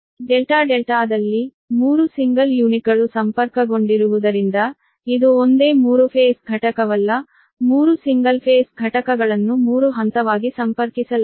delta ಡೆಲ್ಟಾದಲ್ಲಿ 3 single ಯೂನಿಟ್ಗಳು ಸಂಪರ್ಕಗೊಂಡಿರುವುದರಿಂದ ಇದು ಒಂದೇ 3 ಫೇಸ್ ಘಟಕವಲ್ಲ 3 ಸಿಂಗಲ್ ಫೇಸ್ ಘಟಕಗಳನ್ನು 3 ಹಂತವಾಗಿ ಸಂಪರ್ಕಿಸಲಾಗಿದೆ